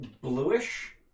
bluish